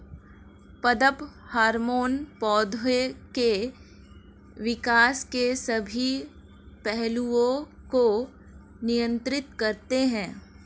पादप हार्मोन पौधे के विकास के सभी पहलुओं को नियंत्रित करते हैं